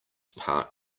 part